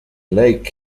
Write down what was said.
lake